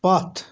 پتھ